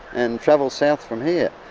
and travel south from here.